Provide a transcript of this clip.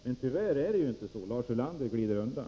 Men tyvärr är det inte så — Lars Ulander glider undan.